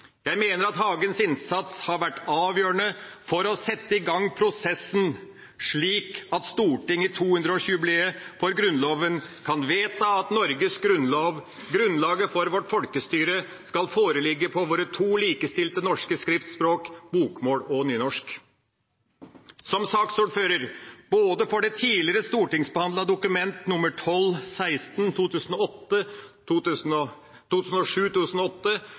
Jeg mener at Hagens innsats har vært avgjørende for å sette i gang prosessen, slik at Stortinget i 200-årsjubileet for Grunnloven kan vedta at Norges grunnlov – grunnlaget for vårt folkestyre – skal foreligge på våre to likestilte norske skriftspråk, bokmål og nynorsk. Som saksordfører, både for det tidligere stortingsbehandlete Dokument